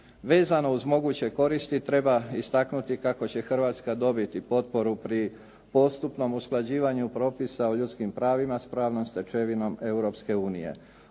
Vezano uz moguće koristi treba istaknuti kako će Hrvatska dobiti potporu pri postupnom usklađivanju propisa u ljudskim pravima s pravnom stečevinom